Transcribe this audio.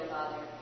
Father